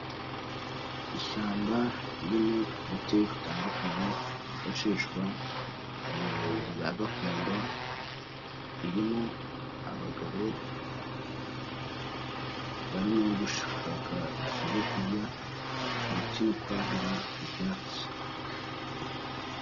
Ishyamba ririmo ibiti bitandukanye, byifashishwa mu buvuzi bwa gakondo, ririmo abagabo barimo gushaka ibyo kurya ndetse no kwahira ibyatsi.